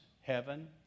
Heaven